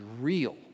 real